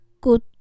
good